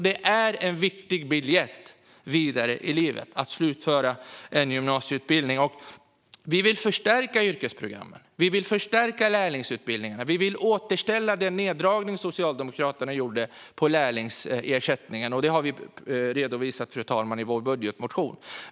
Detta är alltså en viktig biljett vidare i livet att slutföra en gymnasieutbildning. Vi vill förstärka yrkesprogrammen, vi vill förstärka lärlingsutbildningarna och vi vill återställa den neddragning som Socialdemokraterna gjorde av lärlingsersättningen. Det har vi redovisat i vår budgetmotion.